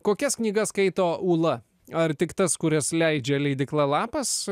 kokias knygas skaito ūla ar tik tas kurias leidžia leidykla lapas